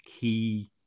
key